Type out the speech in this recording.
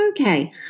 Okay